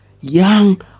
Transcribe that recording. young